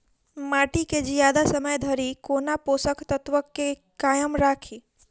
माटि केँ जियादा समय धरि कोना पोसक तत्वक केँ कायम राखि?